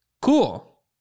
Cool